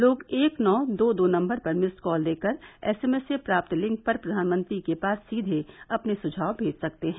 लोग एक नौ दो दो नम्बर पर मिस्ड कॉल देकर एसएमएस से प्राप्त लिंक पर प्रधानमंत्री के पास सीधे अपने सुझाव भेज सकते है